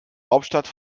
hauptstadt